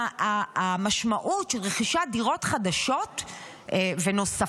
והמשמעות של רכישת דירות חדשות ונוספות,